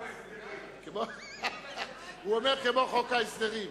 הוא אומר כמו חוק ההסדרים.